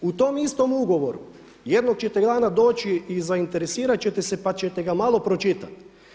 U tom istom ugovoru, jednog čete dana doći i zainteresirati ćete se pa ćete ga malo pročitati.